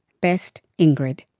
best, ingrid.